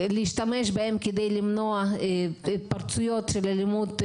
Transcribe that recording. להשתמש בהן כדי למנוע התפרצויות של אלימות נוספות,